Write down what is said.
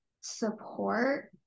support